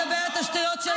את מתפקדת בכלל?